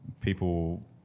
people